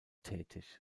tätig